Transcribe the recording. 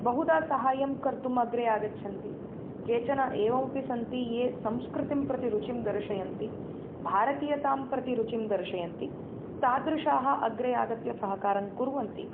बहुधा साहाय्यं कर्तुम् अग्रे आगच्छन्ति केचन एवमपि सन्ति ये संस्कृतिं प्रति रुचिं दर्शयन्ति भारतीयतां प्रति रुचिं दर्शयन्ति तादृशाः अग्रे आगत्य सहकारं कुर्वन्ति